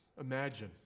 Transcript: Imagine